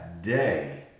day